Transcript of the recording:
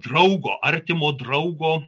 draugo artimo draugo